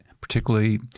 particularly